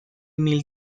mil